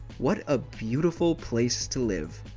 what a beautiful place to live.